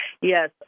yes